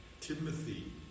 Timothy